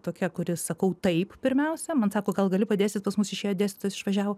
tokia kuri sakau taip pirmiausia man sako kad gali padėstyt pas mus išėjo dėstytojas išvažiavo